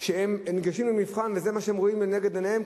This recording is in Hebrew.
שניגשים למבחן וזה מה שהם רואים לנגד עיניהם?